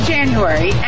January